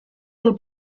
del